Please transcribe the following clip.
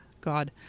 God